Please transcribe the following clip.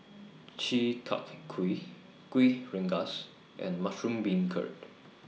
Chi Kak Kuih Kuih Rengas and Mushroom Beancurd